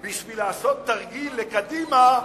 בשביל לעשות תרגיל לקדימה.